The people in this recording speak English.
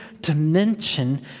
dimension